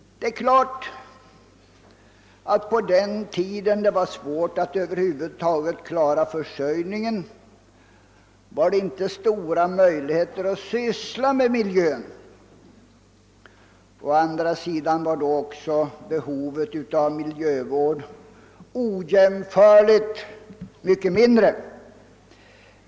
På den tid det var svårt att över huvud taget klara försörjningen förelåg inte stora möjligheter att syssla med miljön. Å andra sidan var då behovet av miljövård ojämförligt mycket mindre.